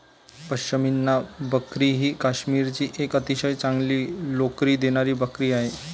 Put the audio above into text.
पश्मिना बकरी ही काश्मीरची एक अतिशय चांगली लोकरी देणारी बकरी आहे